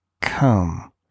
come